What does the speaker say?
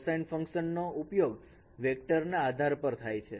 cosine function નો ઉપયોગ vector ના આધાર પર થાય છે